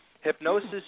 Hypnosis